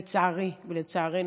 לצערי ולצערנו,